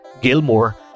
Gilmore